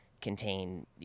contain